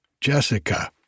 Jessica